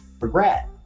regret